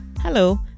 Hello